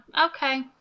okay